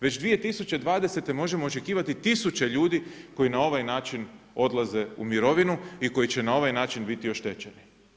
Već 2020. možemo očekivati tisuće ljudi koji na ovaj način odlaze u mirovinu i koji će na ovaj način biti oštećeni.